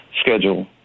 schedule